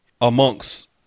amongst